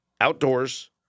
outdoors